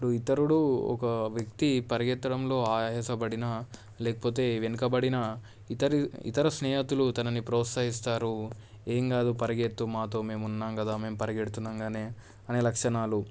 ఇప్పుడు ఇతరుడు ఒక వ్యక్తి పరిగెత్తడంలో ఆయాస పడిన లేకపోతే వెనుకబడిన ఇతర ఇతర స్నేహతులు తనని ప్రోత్సహిస్తారు ఏమి కాదు పరిగెత్తు మాతో మేమున్నాం కదా మేం పరిగెడుతున్నాం అనగానే అనే లక్షణాలు